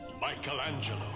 Michelangelo